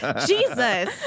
Jesus